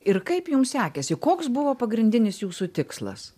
ir kaip jums sekėsi koks buvo pagrindinis jūsų tikslas